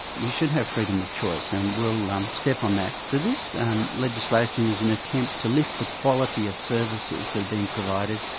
you should have freedom of choice, and we'll um step on that. so this um legislation is an attempt to lift the quality of services that are being provided,